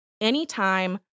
Anytime